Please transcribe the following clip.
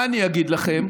מה אני אגיד לכם?